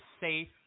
safe